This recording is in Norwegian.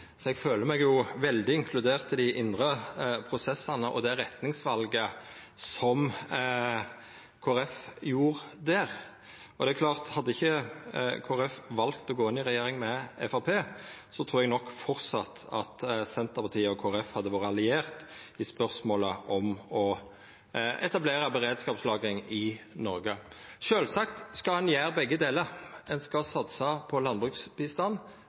i det retningsvalet som Kristeleg Folkeparti gjorde der. Og det er klart at hadde ikkje Kristeleg Folkeparti valt å gå inn i regjering med Framstegspartiet, trur eg nok framleis at Senterpartiet og Kristeleg Folkeparti hadde vore allierte i spørsmålet om å etablera beredskapslagring i Noreg. Sjølvsagt skal ein gjera begge delar. Ein skal satsa på landbruksbistand